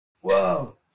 Whoa